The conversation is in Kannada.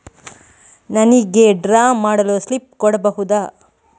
ನನಿಗೆ ಡ್ರಾ ಮಾಡಲು ಸ್ಲಿಪ್ ಕೊಡ್ಬಹುದಾ?